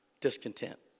discontent